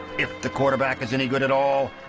if the quarterback is any good at all,